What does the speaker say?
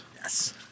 Yes